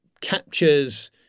captures